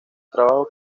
trabajos